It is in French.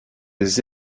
des